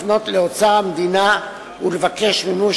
לפנות אל אוצר המדינה ולדרוש את מימוש